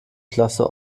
klasse